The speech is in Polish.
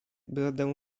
brodę